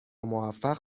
موفق